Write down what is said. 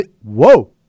Whoa